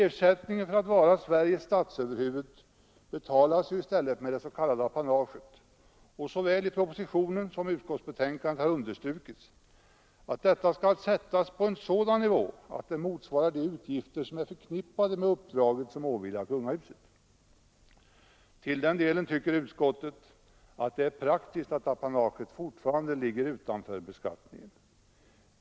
Ersättningen för att vara Sveriges statsöverhuvud betalas ju i stället med det s.k. apanaget, och såväl i propositionen som i utskottsbetänkandet har understrukits att detta skall ligga på en sådan nivå att det motsvarar de utgifter som är förknippade med uppdrag som åvilar kungahuset. I den delen tycker utskottet, att det är praktiskt att apanaget fortfarande ligger utanför beskattningen.